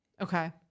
Okay